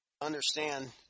understand